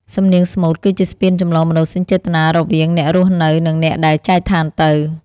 សំនៀងស្មូតគឺជាស្ពានចម្លងមនោសញ្ចេតនារវាងអ្នករស់នៅ និងអ្នកដែលចែកឋានទៅ។